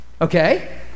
Okay